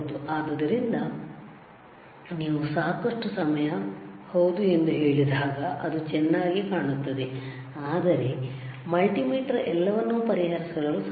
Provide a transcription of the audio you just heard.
ಆದ್ದರಿಂದ ನೀವು ಸಾಕಷ್ಟು ಸಮಯ ಹೌದು ಎಂದು ಹೇಳಿದಾಗ ಅದು ಚೆನ್ನಾಗಿ ಕಾಣುತ್ತದೆ ಆದರೆ ಮಲ್ಟಿಮೀಟರ್ ಎಲ್ಲವನ್ನೂ ಪರಿಹರಿಸಲು ಸಾಧ್ಯವಿಲ್ಲ